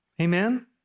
Amen